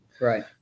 right